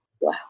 Wow